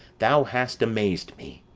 thou hast amaz'd me.